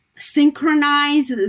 Synchronize